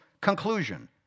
conclusion